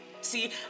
See